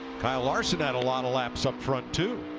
kyle larson had a lot of laps upfront too.